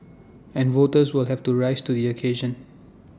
and voters will have to rise to the occasion